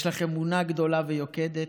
יש לך אמונה גדולה ויוקדת,